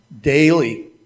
daily